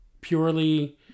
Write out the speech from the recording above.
purely